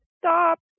stop